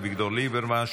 אביגדור ליברמן,